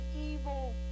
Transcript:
evil